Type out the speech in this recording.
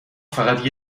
فقط